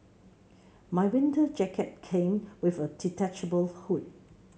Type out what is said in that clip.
my winter jacket came with a detachable hood